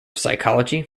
psychology